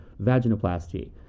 vaginoplasty